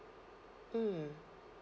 mm